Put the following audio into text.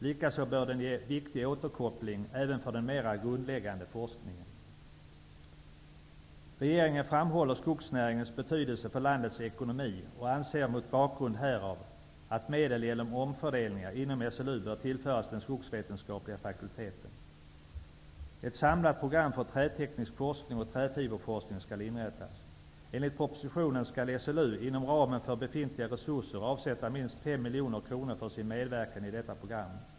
Likaså bör den kunna ge viktig återkoppling även för den mera grundläggande forskningen. Regeringen framhåller skogsnäringens betydelse för landets ekonomi och anser mot bakgrund härav att medel genom omfördelningar inom SLU bör tillföras den skogsvetenskapliga fakulteten. Ett samlat program för träteknisk forskning och träfiberforskning skall inrättas. Enligt propositionen skall SLU inom ramen för befintliga resurser avsätta minst 5 miljoner kronor för sin medverkan i detta program.